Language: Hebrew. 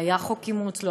לא היה חוק אימוץ,